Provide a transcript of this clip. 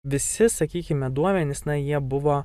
visi sakykime duomenys na jie buvo